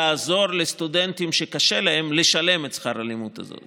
לעזור לסטודנטים שקשה להם לשלם את שכר הלימוד הזה.